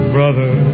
Brother